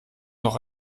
noch